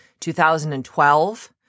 2012